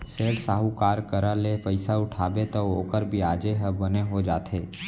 सेठ, साहूकार करा ले पइसा उठाबे तौ ओकर बियाजे ह बने हो जाथे